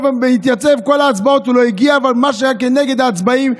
לכל ההצבעות הוא לא הגיע אבל למה שהיה כנגד העצמאים,